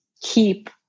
keep